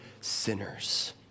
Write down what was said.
sinners